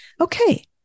Okay